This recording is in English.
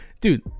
Dude